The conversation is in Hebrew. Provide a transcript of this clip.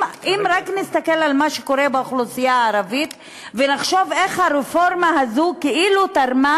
רק נסתכל על מה שקורה באוכלוסייה הערבית ונחשוב איך הרפורמה הזו תרמה